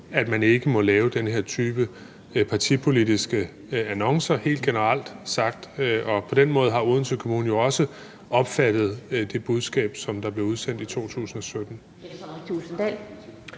at man ikke må lave den her type partipolitiske annoncer, helt generelt sagt, og på den måde har Odense Kommune jo også opfattet det budskab, som der blev udsendt i 2017.